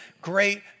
great